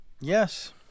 Yes